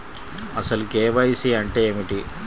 అసలు కే.వై.సి అంటే ఏమిటి?